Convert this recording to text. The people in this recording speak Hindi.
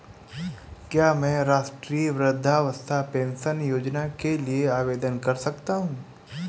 क्या मैं राष्ट्रीय वृद्धावस्था पेंशन योजना के लिए आवेदन कर सकता हूँ?